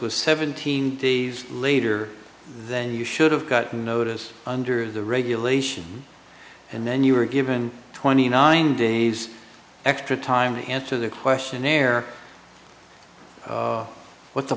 was seventeen days later then you should have gotten notice under the regulations and then you were given twenty nine days extra time to answer the question err what the